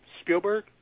Spielberg